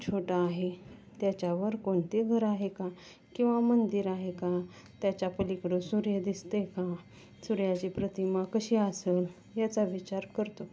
छोटा आहे त्याच्यावर कोणते घर आहे का किंवा मंदिर आहे का त्याच्या पलीकडं सूर्य दिसते का सूर्याची प्रतिमा कशी असेल याचा विचार करतो